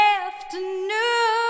afternoon